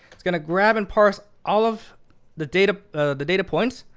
it's going to grab and parse all of the data the data points.